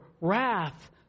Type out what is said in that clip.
wrath